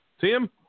Tim